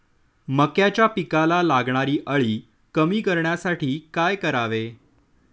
मक्याच्या पिकाला लागणारी अळी कमी करण्यासाठी काय करावे?